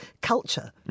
culture